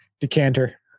decanter